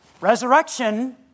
Resurrection